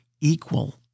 equal